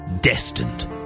destined